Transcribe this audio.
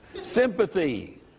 Sympathy